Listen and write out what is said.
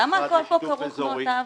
למה הכול כרוך פה באותה העברה?